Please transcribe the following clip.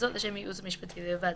וזאת לשם ייעוץ משפטי בלבד,